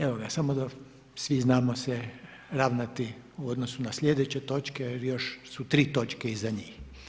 Evo ga, samo da svi znamo se ravnati u odnosu na sljedeće točke jer još su tri točke iza njih.